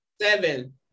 Seven